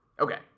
Okay